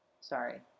Sorry